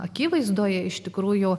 akivaizdoje iš tikrųjų